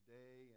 day